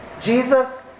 Jesus